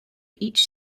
each